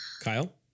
Kyle